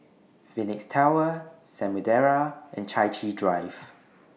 Phoenix Tower Samudera and Chai Chee Drive